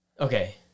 Okay